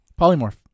Polymorph